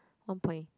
one point